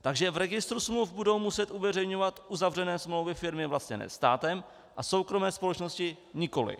Takže v registru smluv budou muset uveřejňovat uzavřené smlouvy firmy vlastněné státem a soukromé společnosti nikoli.